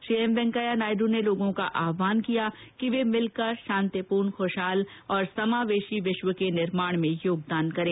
Shri M Venkaiah Naidu ने लोगों का आहवान किया कि वे मिलकर शांतिपूर्ण खुशहाल और समावेशी विश्व के निर्माण में योगदान करें